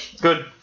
Good